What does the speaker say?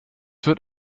wird